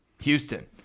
Houston